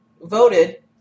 voted